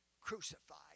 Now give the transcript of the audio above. crucified